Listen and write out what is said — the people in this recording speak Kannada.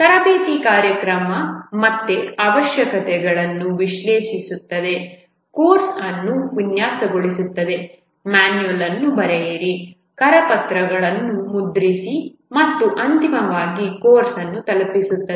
ತರಬೇತಿ ಕಾರ್ಯಕ್ರಮವು ಮತ್ತೆ ಅವಶ್ಯಕತೆಗಳನ್ನು ವಿಶ್ಲೇಷಿಸುತ್ತದೆ ಕೋರ್ಸ್ ಅನ್ನು ವಿನ್ಯಾಸಗೊಳಿಸುತ್ತದೆ ಮಾನ್ಯುಯಲ್ ಅನ್ನು ಬರೆಯಿರಿ ಕರಪತ್ರಗಳನ್ನು ಮುದ್ರಿಸಿ ಮತ್ತು ಅಂತಿಮವಾಗಿ ಕೋರ್ಸ್ ಅನ್ನು ತಲುಪಿಸುತ್ತದೆ